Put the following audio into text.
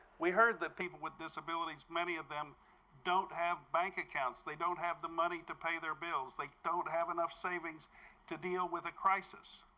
we heard that people with disabilities, many of them don't have bank accounts. they don't have the money to pay their bills. they like don't have enough savings to deal with a crisis.